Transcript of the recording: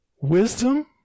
wisdom